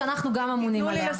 שאנחנו גם אמונים עליה.